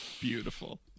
Beautiful